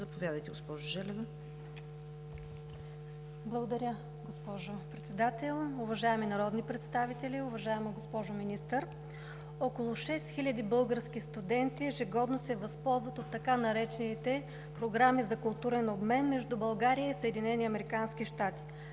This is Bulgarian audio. (БСП за България): Благодаря, госпожо Председател. Уважаеми народни представители! Уважаема госпожо Министър, около 6000 български студенти ежегодно се възползват от така наречените програми за културен обмен между България и САЩ.